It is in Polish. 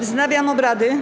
Wznawiam obrady.